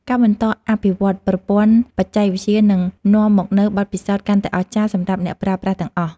ការបន្តអភិវឌ្ឍប្រព័ន្ធបច្ចេកវិទ្យានឹងនាំមកនូវបទពិសោធន៍កាន់តែអស្ចារ្យសម្រាប់អ្នកប្រើប្រាស់ទាំងអស់។